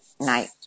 night